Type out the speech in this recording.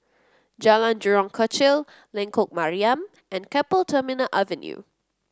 Jalan Jurong Kechil Lengkok Mariam and Keppel Terminal Avenue